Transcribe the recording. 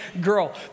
girl